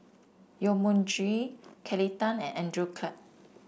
Yong Mun Chee Kelly Tang and Andrew Clarke